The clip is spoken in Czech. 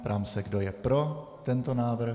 Ptám se, kdo je pro tento návrh?